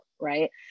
right